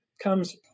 comes